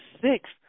six